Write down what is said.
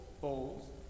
bowls